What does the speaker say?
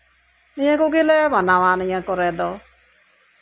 ᱱᱤᱭᱟᱹ ᱠᱚᱜᱮᱞᱮ ᱢᱟᱱᱟᱣᱟ ᱱᱤᱭᱟᱹ ᱠᱚᱨᱮ ᱫᱚ